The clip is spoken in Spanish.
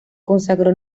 consagró